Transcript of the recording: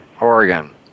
Oregon